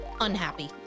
unhappy